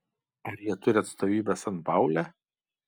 ar jie turi atstovybę sanpaule